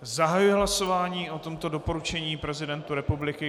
Zahajuji hlasování o tomto doporučení prezidentu republiky.